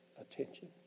attention